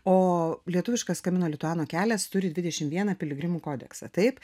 o lietuviškas kamino lituano kelias turi dvidešimt vieną piligrimų kodeksą taip